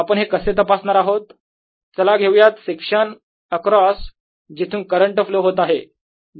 आपण हे कसे तपासणार आहोत चला घेऊयात सेक्शन अक्रॉस जिथून करंट फ्लो होत आहे